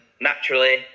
naturally